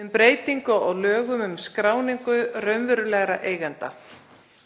um breytingu á lögum um skráningu raunverulegra eigenda